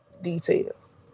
details